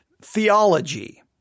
theology